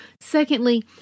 Secondly